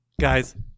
Guys